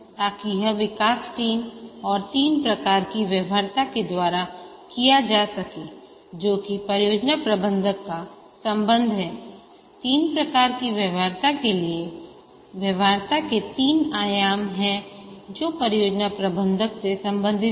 ताकि यह विकास टीम और 3 प्रकार की व्यवहार्यता के द्वारा किया जा सके जो कि परियोजना प्रबंधक का संबंध है 3 प्रकार की व्यवहार्यता के लिए व्यवहार्यता के 3 आयाम हैं जो परियोजना प्रबंधक से संबंधित है